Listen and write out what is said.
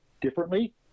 differently